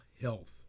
health